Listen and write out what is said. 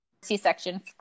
C-section